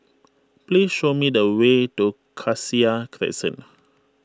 please show me the way to Cassia Crescent